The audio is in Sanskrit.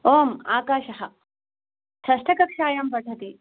आम् आकाशः षष्ठकक्षायां पठति